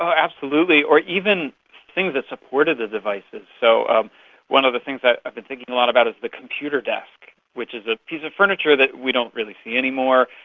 absolutely, or even things that supported the devices. so um one of the things that i've been thinking a lot about is the computer desk which is a piece of furniture that we don't really see any more,